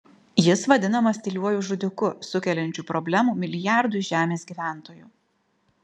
jis vadinamas tyliuoju žudiku sukeliančiu problemų milijardui žemės gyventojų